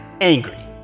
angry